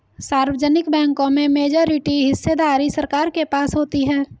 सार्वजनिक बैंकों में मेजॉरिटी हिस्सेदारी सरकार के पास होती है